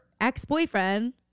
ex-boyfriend